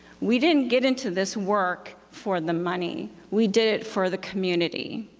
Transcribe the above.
we didn't get into this work for the money. we did it for the community.